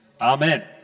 amen